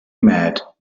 mad